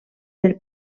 del